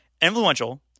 influential